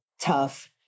tough